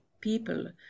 people